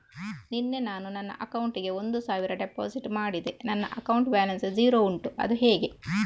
ನಿನ್ನೆ ನಾನು ನನ್ನ ಅಕೌಂಟಿಗೆ ಒಂದು ಸಾವಿರ ಡೆಪೋಸಿಟ್ ಮಾಡಿದೆ ನನ್ನ ಅಕೌಂಟ್ ಬ್ಯಾಲೆನ್ಸ್ ಝೀರೋ ಉಂಟು ಅದು ಹೇಗೆ?